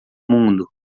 mundo